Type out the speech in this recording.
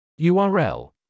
URL